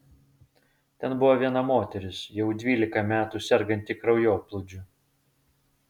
ten buvo viena moteris jau dvylika metų serganti kraujoplūdžiu